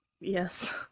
Yes